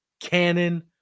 Canon